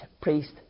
priest